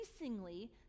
increasingly